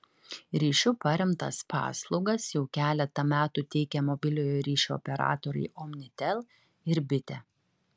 ryšiu paremtas paslaugas jau keletą metų teikia mobiliojo ryšio operatoriai omnitel ir bitė